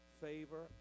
favor